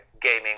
gaming